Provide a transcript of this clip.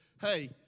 hey